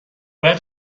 باید